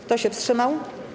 Kto się wstrzymał?